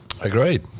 Agreed